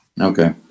Okay